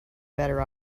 better